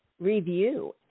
review